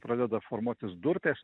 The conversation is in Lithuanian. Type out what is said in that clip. pradeda formuotis durpės